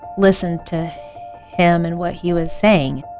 listen to him and what he was saying